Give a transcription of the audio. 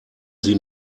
sie